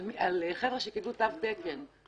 על חבר'ה שקיבלו תו תקן.